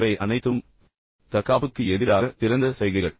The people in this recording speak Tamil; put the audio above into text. எனவே இவை அனைத்தும் தற்காப்புக்கு எதிராக திறந்த சைகைகள்